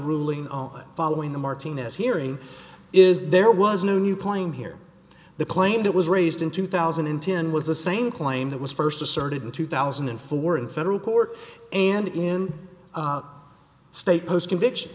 ruling on following the martinez hearing is there was no new claim here the claim that was raised in two thousand and ten was the same claim that was st asserted in two thousand and four in federal court and in state post conviction